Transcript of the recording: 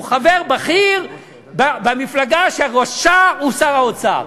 הוא חבר בכיר במפלגה שראשה הוא שר האוצר.